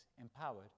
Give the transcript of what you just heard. empowered